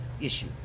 issue